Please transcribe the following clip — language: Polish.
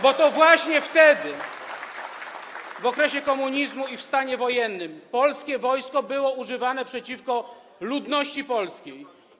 Bo to właśnie wtedy, w okresie komunizmu i w stanie wojennym, polskie wojsko było używane przeciwko ludności polskiej.